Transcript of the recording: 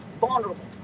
vulnerable